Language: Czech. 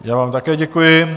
Já vám také děkuji.